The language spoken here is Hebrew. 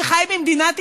שחי במדינת ישראל,